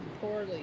poorly